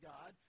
God